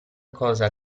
cosa